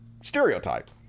stereotype